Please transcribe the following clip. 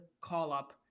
call-up